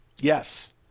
Yes